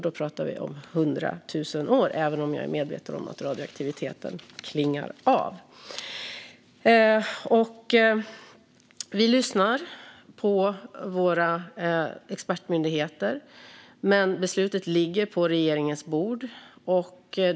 Då talar vi om hundra tusen år, även om jag är medveten om att radioaktiviteten klingar av. Vi lyssnar på våra expertmyndigheter, men beslutet ligger på regeringens bord.